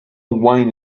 wine